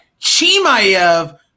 Chimaev